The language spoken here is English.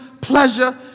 pleasure